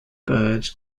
birds